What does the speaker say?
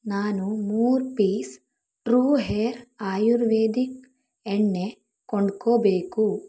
ನಾನು ಮೂರು piece true hair ayurvedic ಎಣ್ಣೆ ಕೊಂಡ್ಕೊಳ್ಬೇಕು